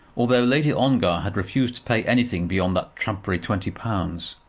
although lady ongar had refused to pay anything beyond that trumpery twenty pounds.